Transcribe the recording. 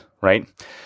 right